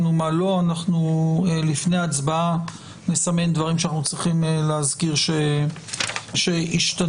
לפני ההצבעה נסמן דברים שאנחנו צריכים להזכיר שהשתנו.